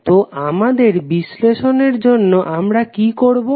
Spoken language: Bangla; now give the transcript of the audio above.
তো আমাদের বিশ্লেষণের জন্য আমরা কি করবো